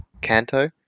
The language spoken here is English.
Canto